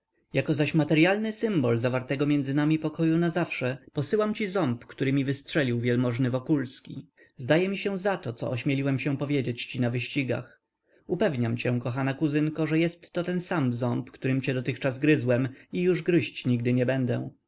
jako zaś materyalny symbol zawartego między nami pokoju nazawsze posyłam ci ząb który mi wystrzelił wny wokulski zdaje mi się za to co ośmieliłem się powiedzieć ci na wyścigach upewniam cię kochana kuzynko że jestto ten sam ząb którym cię dotychczas gryzłem i już gryźć nigdy nie będę